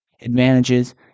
advantages